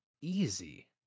easy